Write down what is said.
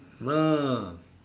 mm ah